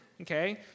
Okay